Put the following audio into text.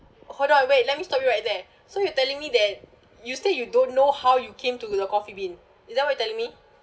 hold on wait let me stop you right there so you telling me that you say you don't know how you came to the coffee bean is that what you telling me